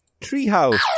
treehouse